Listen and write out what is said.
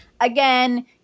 again